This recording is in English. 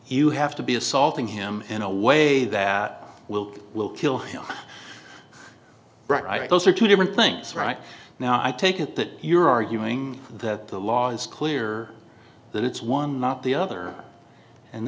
you have to be assaulting him in a way that will will kill him right those are two different things right now i take it that you're arguing that the law is clear that it's one not the other and